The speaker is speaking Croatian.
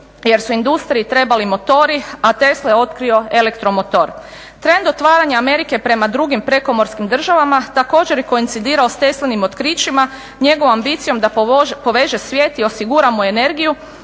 jer su industriji trebali motori, a Tesla je otkrio elektromotor. Trend otvaranja Amerike prema drugim prekomorskim državama također je koincidirao s Teslinim otkrićima, njegovom ambicijom da poveže svijet i osigura mu energiju,